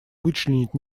вычленить